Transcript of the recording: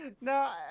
No